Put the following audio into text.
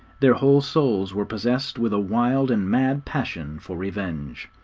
their whole souls were possessed with a wild and mad passion for revenge.